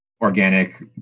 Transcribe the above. organic